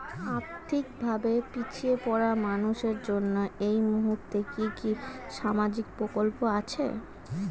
আর্থিক ভাবে পিছিয়ে পড়া মানুষের জন্য এই মুহূর্তে কি কি সামাজিক প্রকল্প আছে?